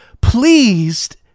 pleased